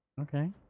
okay